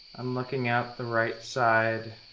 i'm looking out the right side